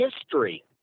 history